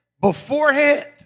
beforehand